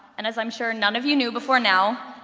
and as i'm sure none of you knew before now,